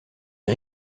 est